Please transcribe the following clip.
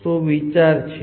શું વિચાર છે